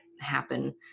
happen